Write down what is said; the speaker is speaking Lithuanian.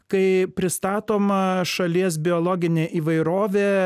kai pristatoma šalies biologinė įvairovė